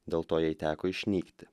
dėl to jai teko išnykti